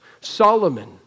Solomon